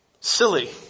Silly